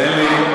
תן לי.